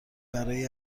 برای